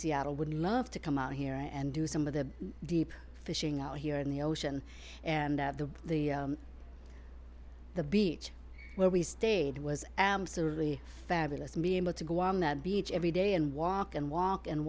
seattle would love to come out here and do some of the deep fishing out here in the ocean and the the the beach where we stayed was absolutely fabulous be able to go on that beach every day and walk and walk and